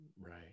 Right